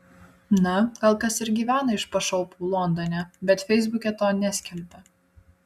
na gal kas ir gyvena iš pašalpų londone bet feisbuke to neskelbia